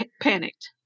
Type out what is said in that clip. panicked